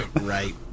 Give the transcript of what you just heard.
Right